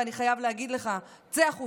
ואני חייב להגיד לך: צא החוצה.